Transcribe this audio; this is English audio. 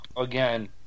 Again